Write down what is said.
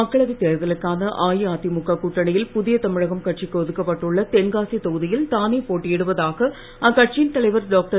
மக்களவைத் தேர்தலுக்கான அஇஅதிமுக கூட்டணியில் புதிய தமிழகம் கட்சிக்கு ஒதுக்கப்பட்டுள்ள தென்காசி தொகுதியில் தானே போட்டியிடுவதாக அக்கட்சியின் தலைவர் டாக்டர்